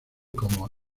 como